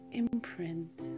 imprint